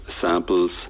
samples